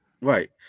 Right